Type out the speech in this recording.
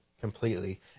completely